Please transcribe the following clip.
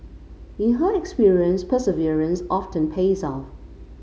in her experience perseverance often pays off